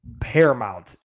paramount